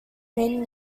meaning